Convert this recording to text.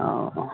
आउ